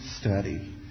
study